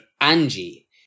Angie